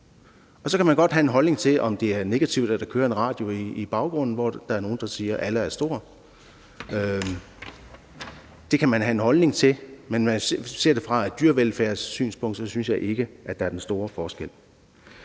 de. Så kan man godt have en holdning til, at det er negativt, at der kører en radio i baggrunden, hvor der er nogen, der siger, at Allah er stor, og den holdning kan man have, men ser man det fra et dyrevelfærdssynspunkt, synes jeg ikke, at der er den store forskel.